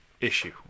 issue